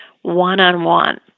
one-on-one